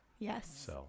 Yes